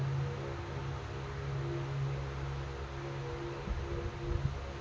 ಕೃಷಿ ಸಾಮಾನ್ ತಗೊಳಕ್ಕ ಇ ಕಾಮರ್ಸ್ ರೈತರಿಗೆ ಹ್ಯಾಂಗ್ ಅನುಕೂಲ ಆಕ್ಕೈತ್ರಿ?